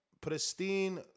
pristine